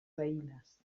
veïnes